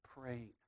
praying